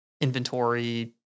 inventory